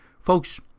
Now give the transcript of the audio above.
Folks